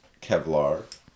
Kevlar